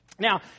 Now